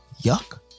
Yuck